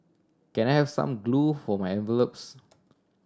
can I have some glue for my envelopes